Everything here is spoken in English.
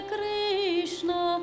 Krishna